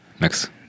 Next